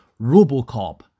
Robocop